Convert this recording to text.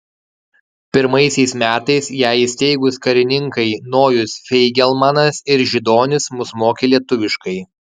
pirmaisiais metais ją įsteigus karininkai nojus feigelmanas ir židonis mus mokė lietuviškai